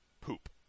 poop